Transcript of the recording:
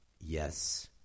Yes